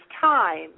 time